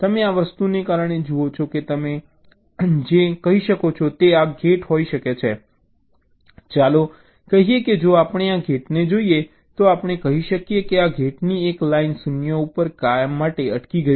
તમે આ વસ્તુને કારણે જુઓ છો કે તમે જે કહી શકો છો તે આ ગેટ માટે હોઈ શકે છે ચાલો કહીએ કે જો આપણે આ ગેટને જોઈએ તો આપણે કહી શકીએ કે આ ગેટની એક લાઈન 0 ઉપર કાયમ માટે અટકી ગઈ છે